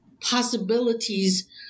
possibilities